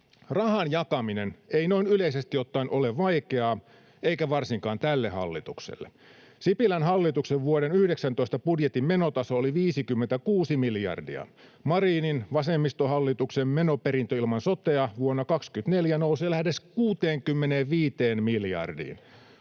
Rahan jakaminen ei noin yleisesti ottaen ole vaikeaa — eikä varsinkaan tälle hallitukselle. Sipilän hallituksen vuoden 19 budjetin menotaso oli 56 miljardia, Marinin vasemmistohallituksen menoperintö ilman sotea nousee vuonna 24 lähes 65 miljardiin.